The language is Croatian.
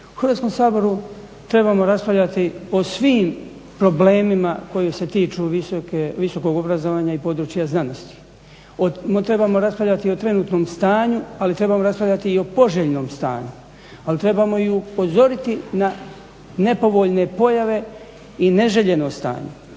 U Hrvatskom saboru trebamo raspravljati o svim problemima koje se tiču visokog obrazovanja i područja znanosti. Trebamo raspravljati o trenutnom stanju ali trebamo raspravljati i o poželjnom stanju. Ali trebamo i upozoriti na nepovoljne pojave i neželjeno stanje.